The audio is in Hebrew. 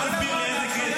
בוא תסביר לי איזה קרדיט מגיע.